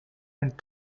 and